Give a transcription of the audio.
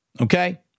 Okay